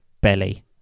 belly